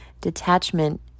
detachment